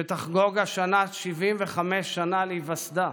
שתחגוג השנה 75 שנה להיווסדה,